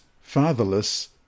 Fatherless